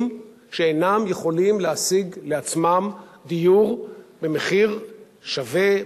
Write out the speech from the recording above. שאינם יכולים להשיג לעצמם דיור במחיר שווה,